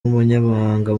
umunyamabanga